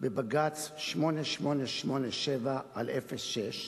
בבג"ץ 8887/06,